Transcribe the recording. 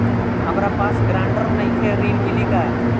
हमरा पास ग्रांटर नईखे ऋण मिली का?